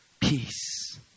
peace